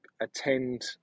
attend